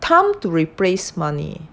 time to replace money